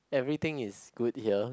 everything is good here